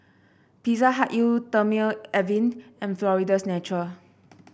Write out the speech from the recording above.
Pizza Hut Eau Thermale Avene and Florida's Natural